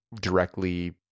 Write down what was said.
directly